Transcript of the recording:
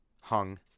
hung